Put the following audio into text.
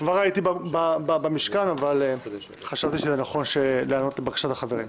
כבר הייתי במשכן אבל חשבתי שנכון להיענות לבקשת החברים.